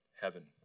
heaven